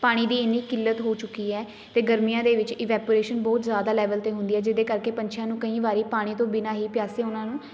ਪਾਣੀ ਦੀ ਇੰਨੀ ਕਿੱਲਤ ਹੋ ਚੁੱਕੀ ਹੈ ਅਤੇ ਗਰਮੀਆਂ ਦੇ ਵਿੱਚ ਇਵੈਪੋਰੇਸ਼ਨ ਬਹੁਤ ਜ਼ਿਆਦਾ ਲੈਵਲ 'ਤੇ ਹੁੰਦੀ ਹੈ ਜਿਹਦੇ ਕਰਕੇ ਪੰਛੀਆਂ ਨੂੰ ਕਈ ਵਾਰੀ ਪਾਣੀ ਤੋਂ ਬਿਨਾਂ ਹੀ ਪਿਆਸੇ ਉਹਨਾਂ ਨੂੰ